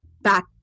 Back